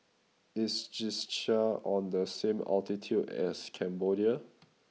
is Czechia on the same latitude as Cambodia